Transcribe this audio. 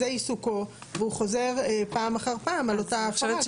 זה עיסוקו והוא חוזר פעם אחר פעם על אותה הפרה.